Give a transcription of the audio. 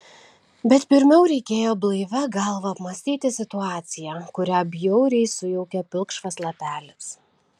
bet pirmiau reikėjo blaivia galva apmąstyti situaciją kurią bjauriai sujaukė pilkšvas lapelis